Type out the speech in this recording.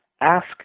ask